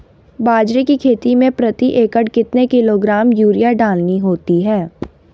बाजरे की खेती में प्रति एकड़ कितने किलोग्राम यूरिया डालनी होती है?